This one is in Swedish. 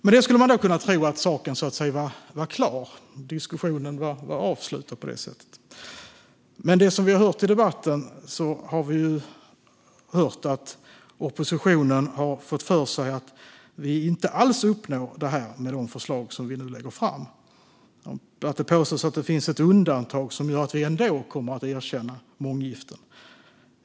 Med detta skulle man tro att saken är klar, att diskussionen är avslutad. Men vi har i debatten hört att oppositionen har fått för sig att vi inte alls uppnår målen med de förslag som vi nu lägger fram. Det påstås att det finns ett undantag som gör att vi ändå kommer att erkänna månggifte.